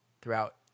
throughout